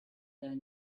the